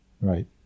right